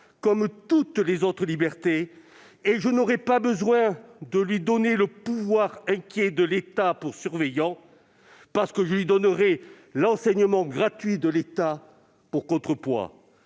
comme toutes les autres libertés, et je n'aurais pas besoin de lui donner le pouvoir inquiet de l'État pour surveillant, parce que je lui donnerais l'enseignement gratuit de l'État pour contrepoids.